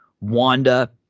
Wanda